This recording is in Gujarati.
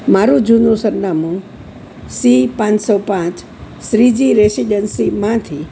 મારું જૂનું સરનામું સી પાંચસો પાંચ સ્રીજી રેસિડેન્સીમાંથી